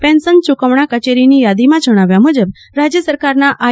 pension ચૂકવજ્ઞા કચેરીની યાદીમાં જજ્ઞાવ્યા મુજબ રાજ્ય સરકારના આઈ